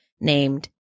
named